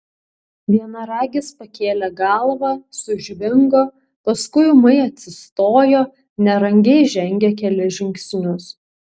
vienaragis pakėlė galvą sužvingo paskui ūmai atsistojo nerangiai žengė kelis žingsnius